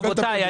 רבותיי,